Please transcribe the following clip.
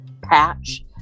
Patch